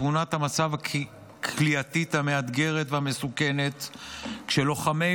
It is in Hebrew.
תמונת המצב הכליאתית המאתגרת והמסוכנת כשלוחמי